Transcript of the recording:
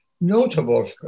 notable